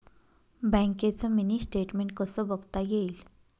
बँकेचं mini statement कसं बघता येईल?